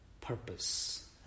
purpose